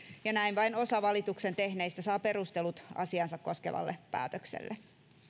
ja näin vain osa valituksen tehneistä saa perustelut asiaansa koskevalle päätökselle